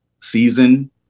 season